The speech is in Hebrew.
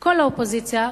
כל האופוזיציה,